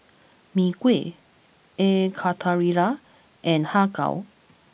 Mee Kuah air Karthira and Har Kow